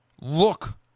look